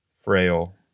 frail